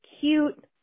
cute